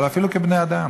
אבל אפילו כבני-אדם.